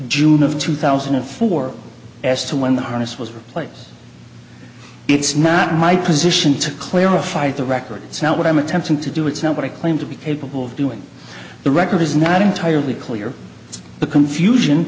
june of two thousand and four as to when the harness was replaced it's not my position to clarify the record it's not what i'm attempting to do it's not what i claim to be capable of doing the record is not entirely clear the confusion